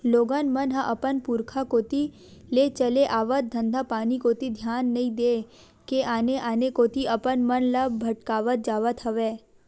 लोगन मन ह अपन पुरुखा कोती ले चले आवत धंधापानी कोती धियान नइ देय के आने आने कोती अपन मन ल भटकावत जावत हवय